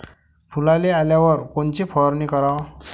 फुलाले आल्यावर कोनची फवारनी कराव?